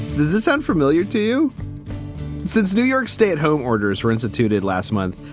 this is unfamiliar to since new york stay at home. orders were instituted last month.